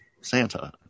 santa